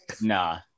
Nah